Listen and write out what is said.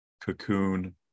cocoon